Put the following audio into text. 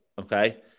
Okay